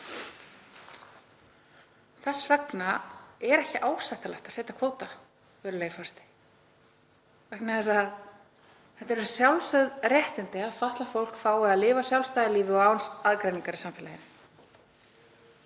Þess vegna er ekki ásættanlegt að setja kvóta, virðulegi forseti. Það eru sjálfsögð réttindi að fatlað fólk fái að lifa sjálfstæðu lífi og án aðgreiningar í samfélaginu.